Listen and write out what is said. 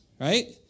right